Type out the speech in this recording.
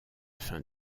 fin